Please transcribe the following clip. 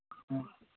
ꯎꯝ